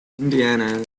indiana